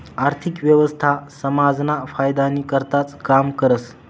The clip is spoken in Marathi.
आर्थिक व्यवस्था समाजना फायदानी करताच काम करस